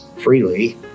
freely